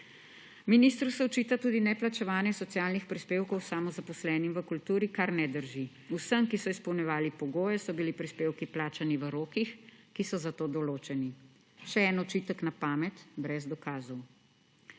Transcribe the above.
Ministru se očita tudi neplačevanje socialnih prispevkov samozaposlenim v kulturi, kar ne drži. Vsem, ki so izpolnjevali pogoje, so bili prispevki plačani v rokih, ki so za to določeni. Še en očitek na pamet, brez dokazov.